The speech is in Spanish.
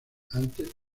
antes